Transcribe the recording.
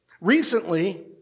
Recently